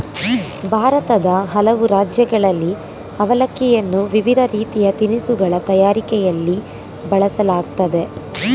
ಭಾರತದ ಹಲವು ರಾಜ್ಯಗಳಲ್ಲಿ ಅವಲಕ್ಕಿಯನ್ನು ವಿವಿಧ ರೀತಿಯ ತಿನಿಸುಗಳ ತಯಾರಿಕೆಯಲ್ಲಿ ಬಳಸಲಾಗ್ತದೆ